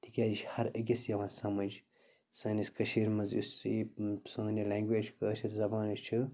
تِکیٛاز یہِ چھِ ہر أکِس یِوان سمٕجھ سٲنِس کٔشیٖر منٛز یُس یہِ سٲنۍ یہِ لٮ۪نٛگویج کٲشِر زبان یُس چھِ